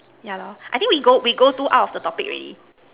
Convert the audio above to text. yeah loh I think we go we go to out of the topic already